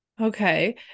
Okay